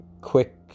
quick